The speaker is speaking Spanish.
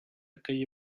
calle